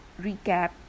recap